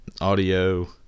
audio